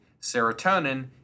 Serotonin